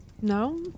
No